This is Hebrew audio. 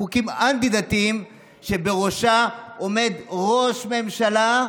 חוקים אנטי-דתיים שבראשה עומד ראש ממשלה,